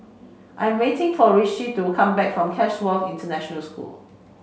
I am waiting for Rishi to come back from Chatsworth International School